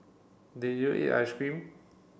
did you eat ice cream